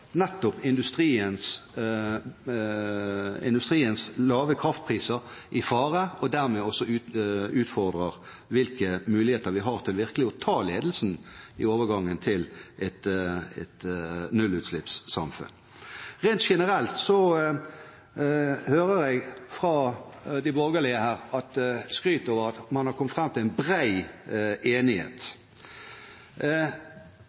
nettopp industriens lave kraftpriser i fare, og dermed også utfordrer hvilke muligheter vi har til virkelig å ta ledelsen i overgangen til et nullutslippssamfunn. Rent generelt hører jeg skryt fra de borgerlige her over at man har kommet fram til en bred enighet.